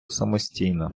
самостійно